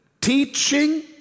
teaching